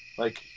like.